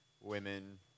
women